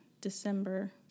December